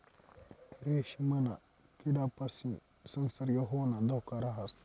रेशीमना किडापासीन संसर्ग होवाना धोका राहस